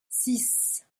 six